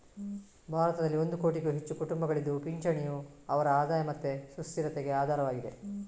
ಭಾರತದಲ್ಲಿ ಒಂದು ಕೋಟಿಗೂ ಹೆಚ್ಚು ಕುಟುಂಬಗಳಿದ್ದು ಪಿಂಚಣಿಯು ಅವರ ಆದಾಯ ಮತ್ತೆ ಸುಸ್ಥಿರತೆಗೆ ಆಧಾರವಾಗಿದೆ